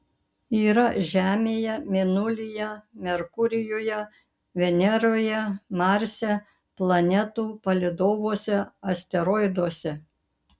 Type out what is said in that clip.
yra žemėje mėnulyje merkurijuje veneroje marse planetų palydovuose asteroiduose